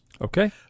Okay